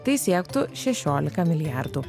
tai siektų šešiolika milijardų